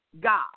God